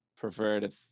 perverted